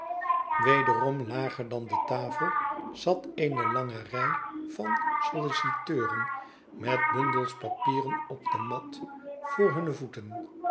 wederom lager dan de tafel zat eene lange rij van solliciteuren met bundels papieren op de mat voor hunne voeten